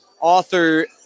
author